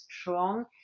strong